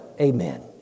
Amen